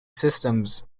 systems